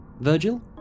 Virgil